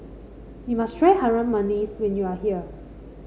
you must try Harum Manis when you are here